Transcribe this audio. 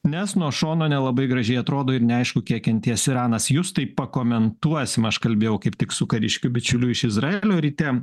nes nuo šono nelabai gražiai atrodo ir neaišku kiek kentės iranas justai pakomentuosim aš kalbėjau kaip tik su kariškiu bičiuliu iš izraelio ryte